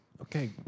Okay